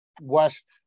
West